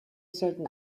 sollten